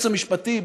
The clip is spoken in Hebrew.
היועץ המשפטי,